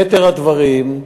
יתר הדברים,